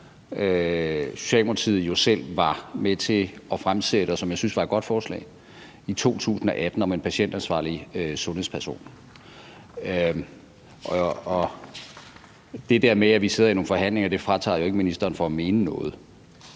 Socialdemokratiet jo selv var med til at fremsætte i 2018, og som jeg syntes var et godt forslag, nemlig et forslag om en patientansvarlig sundhedsperson. Det der med, at vi sidder i nogle forhandlinger, fratager jo ikke ministeren for at mene noget.